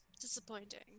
Disappointing